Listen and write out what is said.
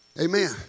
Amen